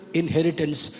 inheritance